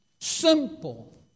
simple